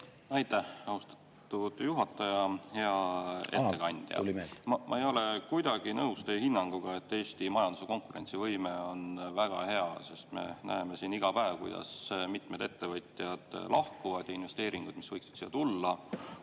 Aitäh, austatud juhataja! Hea ettekandja! Ma ei ole kuidagi nõus teie hinnanguga, et Eesti majanduse konkurentsivõime on väga hea. Me näeme iga päev, kuidas mitmed ettevõtjad lahkuvad, ja investeeringud, mis võiksid siia tulla,